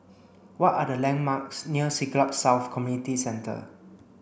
what are the landmarks near Siglap South Community Centre